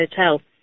hotel